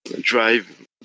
drive